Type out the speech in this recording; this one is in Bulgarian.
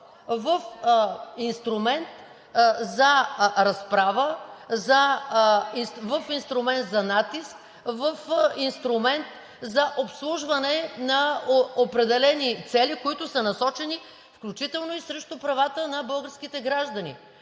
В инструмент за разправа, в инструмент за натиск, в инструмент за обслужване на определени цели, насочени включително и срещу правата на българските граждани